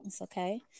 okay